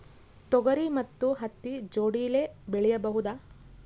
ತೊಗರಿ ಮತ್ತು ಹತ್ತಿ ಜೋಡಿಲೇ ಬೆಳೆಯಬಹುದಾ?